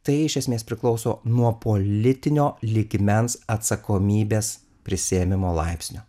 tai iš esmės priklauso nuo politinio lygmens atsakomybės prisiėmimo laipsnio